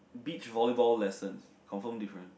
beach volleyball lessons confirm different